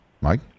Mike